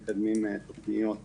מקדמים תוכניות